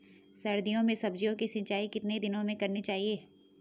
सर्दियों में सब्जियों की सिंचाई कितने दिनों में करनी चाहिए?